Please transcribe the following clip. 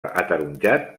ataronjat